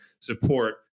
support